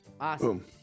Awesome